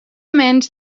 menys